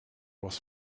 was